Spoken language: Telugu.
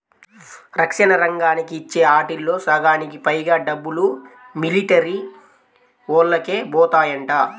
రక్షణ రంగానికి ఇచ్చే ఆటిల్లో సగానికి పైగా డబ్బులు మిలిటరీవోల్లకే బోతాయంట